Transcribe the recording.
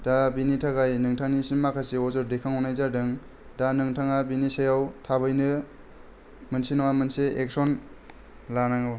दा बिनि थाखाय नोंथांनिसिम माखासे अजद दैखांहरनाय जादों दा नोंथाङा बिनि सायाव थाबैनो मोनसे नङा मोनसे एकसन लानांगौ